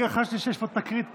לרגע חשתי שיש פה תקרית פוליטית.